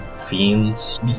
fiends